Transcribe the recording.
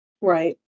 Right